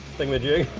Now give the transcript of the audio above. thinga-ma-jig?